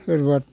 सोरबा